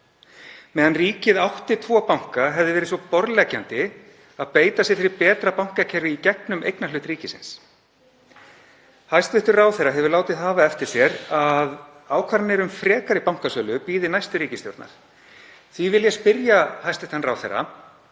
Meðan ríkið átti tvo banka hefði verið svo borðleggjandi að beita sér fyrir betra bankakerfi í gegnum eignarhlut ríkisins. Hæstv. ráðherra hefur látið hafa eftir sér að ákvarðanir um frekari bankasölu bíði næstu ríkisstjórnar. Því vil ég spyrja hæstv. ráðherra